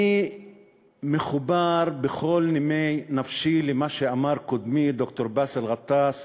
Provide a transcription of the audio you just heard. אני מחובר בכל נימי נפשי למה שאמר קודמי ד"ר באסל גטאס,